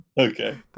Okay